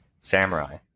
Samurai